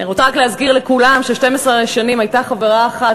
אני רוצה רק להזכיר לכולם ש-12 שנים הייתה חברה אחת,